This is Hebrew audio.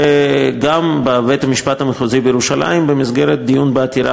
וגם בבית-המשפט המחוזי בירושלים במסגרת דיון בעתירה